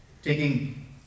Taking